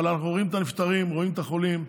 אבל אנחנו רואים את הנפטרים, רואים את החולים.